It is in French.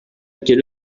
quelle